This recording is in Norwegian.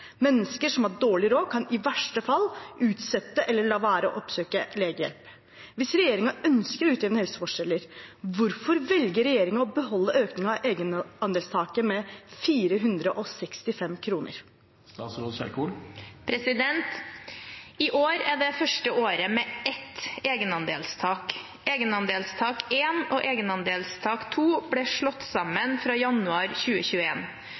Mennesker som har dårlig råd kan i verste fall utsette eller la være å oppsøke legehjelp. Hvis regjeringen ønsker å utjevne helseforskjeller, hvorfor velger regjeringen å beholde økning av egenandelstaket med 465 kroner?» I år er det første året med ett egenandelstak. Egenandelstak 1 og egenandelstak 2 ble slått sammen fra januar